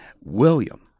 William